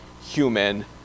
human